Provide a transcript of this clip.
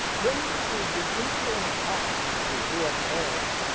when do we begin to enquire, if we do at all,